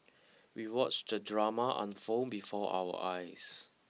we watched the drama unfold before our eyes